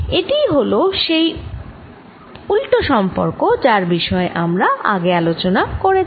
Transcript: এটিই হল সেই উল্টো সম্পর্ক যার বিষয়ে আমরা আগে আলোচনা করেছি